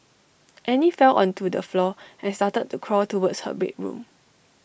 Annie fell onto the floor and started to crawl towards her bedroom